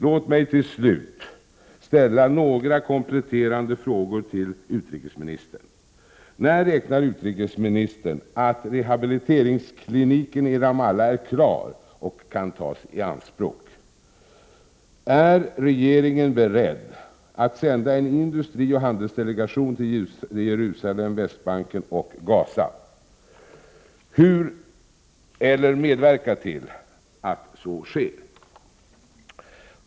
Låt mig till slut ställa några kompletterande frågor till utrikesministern. När räknar utrikesministern med att rehabiliteringskliniken i Ramallah är klar och kan tas i anspråk? Är regeringen beredd att medverka till att en industrioch handelsdelegation sänds till Jerusalem, Västbanken och Gaza?